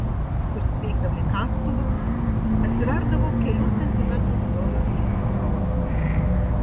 kur smeigdavai kastuvą atsiverdavo kelių centimetrų storio gilzių sluoksnis